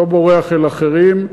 אני לא בורח לאחרים,